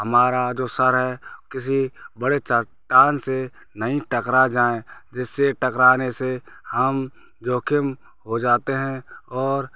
और हमारा जो सिर है किसी बड़े चट्टान से नहीं टकरा जाए जिससे टकराने से हम जोखिम हो जाते हैं और